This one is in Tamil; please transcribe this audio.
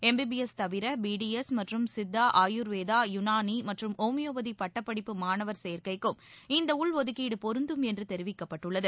எம் பி பி எஸ் தவிர பி டி எஸ் மற்றும் சித்தா ஆயூர்வேதா யுனானி மற்றும் ஓமியோபதி பட்டப் படிப்பு மாணவர் சேர்க்கைக்கும் இந்த உள்ஒதுக்கீடு பொருந்தும் என்று தெரிவிக்கப்பட்டுள்ளது